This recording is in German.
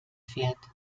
fährt